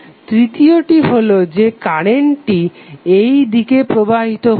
তৃতীয়টি হলো যে কারেন্টটি এই দিকে প্রবাহিত হচ্ছে